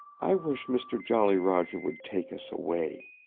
i wish mister jolly roger would take us away!